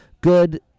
good